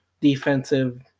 defensive